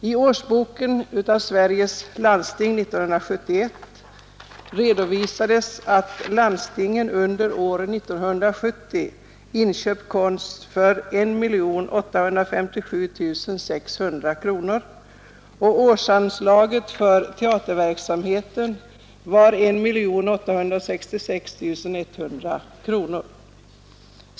I Årsbok för Sveriges landsting 1971 redovisades att landstingen under året 1970 inköpt konst för 1 857 600 kronor och årsanslaget för teaterverksamhet var 1 866 100 kronor.